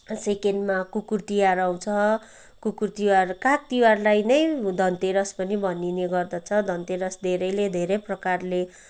सेकेन्डमा कुकुर तिहार आउँछ कुकुर तिहार काग तिहारलाई नै धनतेरस पनि भनिने गर्दछ धनतेरस धेरैले धेरै प्रकारले